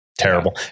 terrible